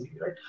Right